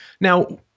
Now